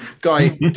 guy